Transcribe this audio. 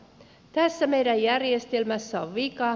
tässä meidän järjestelmässä on vika